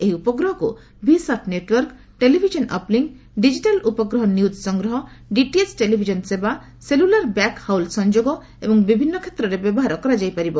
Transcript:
ଏହି ଉପଗ୍ରହକୁ VSAT network television uplink digital ଉଗ୍ରହ ନ୍ୟୁଜ୍ ସଂଗ୍ରହତା ଡିଟିଏଚ୍ ଟେଲିଭିଜନ ସେବା ସେଲୁଲାର ବ୍ୟାକ୍ ହାଉଲ୍ ସଂଯୋଗ ଏବଂ ବିଭିନ୍ନ କ୍ଷେତ୍ରରେ ବ୍ୟବହାର କରାଯାଇପାରିବ